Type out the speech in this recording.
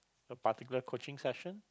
a particular coaching session